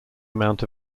amount